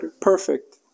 perfect